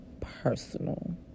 personal